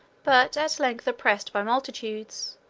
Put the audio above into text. but at length oppressed by multitudes,